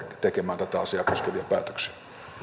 tekemään tätä asiaa koskevia päätöksiä